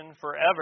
forever